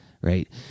right